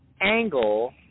angle